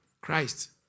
Christ